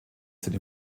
sind